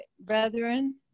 brethren